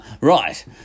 Right